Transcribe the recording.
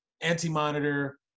Anti-Monitor